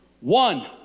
one